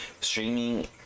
streaming